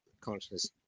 consciousness